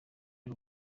y’u